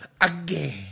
Again